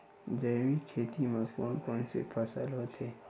जैविक खेती म कोन कोन से फसल होथे?